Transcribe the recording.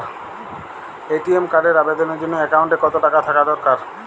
ATM কার্ডের আবেদনের জন্য অ্যাকাউন্টে কতো টাকা থাকা দরকার?